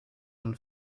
and